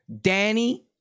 Danny